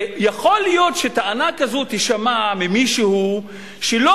יכול להיות שטענה כזו תישמע ממישהו שלא